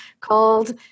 called